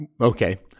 Okay